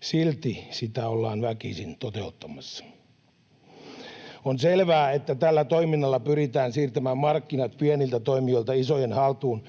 Silti sitä ollaan väkisin toteuttamassa. On selvää, että tällä toiminnalla pyritään siirtämään markkinat pieniltä toimijoilta isojen haltuun